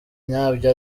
ntabyo